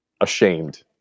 ashamed